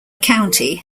county